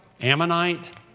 Ammonite